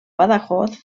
badajoz